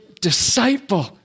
disciple